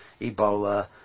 Ebola